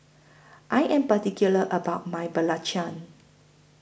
I Am particular about My Belacan